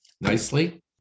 nicely